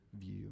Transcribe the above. view